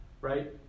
right